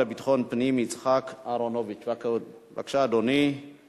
כפי שאמרת, עברה בקריאה ראשונה ותעבור לוועדת